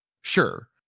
sure